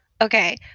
Okay